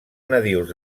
nadius